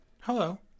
Hello